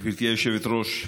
גברתי היושבת-ראש,